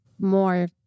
more